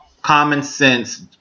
common-sense